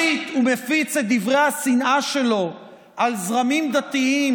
ומסית ומפיץ את דברי השנאה שלו על זרמים דתיים